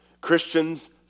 Christians